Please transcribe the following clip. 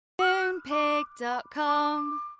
Moonpig.com